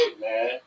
Man